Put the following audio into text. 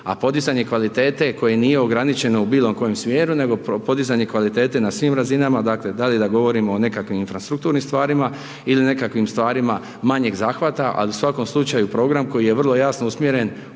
a podizanje kvalitete koje nije ograničeno u bilo kojem smjeru, nego podizanje kvalitete na svim razinama, dakle, da li da govorimo o nekakvim infrastrukturnim stvarima ili nekakvim stvarima manjeg zahvata, ali u svakom slučaju, program koji je vrlo jasno usmjeren